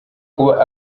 kuba